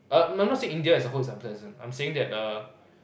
uh I'm not saying India as a whole is unpleasant I'm saying that err